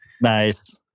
Nice